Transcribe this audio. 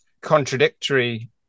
contradictory